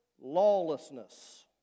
lawlessness